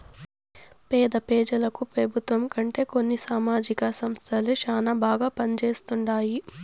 పేద పెజలకు పెబుత్వం కంటే కొన్ని సామాజిక సంస్థలే శానా బాగా పంజేస్తండాయి